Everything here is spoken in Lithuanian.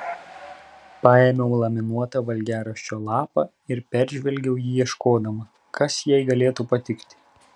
paėmiau laminuotą valgiaraščio lapą ir peržvelgiau jį ieškodama kas jai galėtų patikti